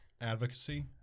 advocacy